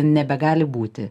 nebegali būti